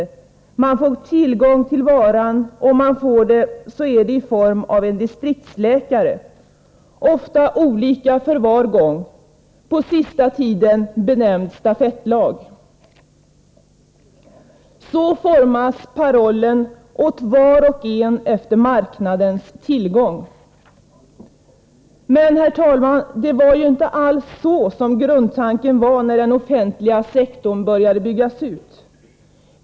Om man får tillgång till varan är det i form av en distriktsläkare, ofta olika för var gång — på sista tiden benämnda ”stafettlag”. Så formas parollen: Åt var och en efter marknadens tillgång. Men, herr talman, det var ju inte alls så grundtanken var när den offentliga sektorn började byggas ut.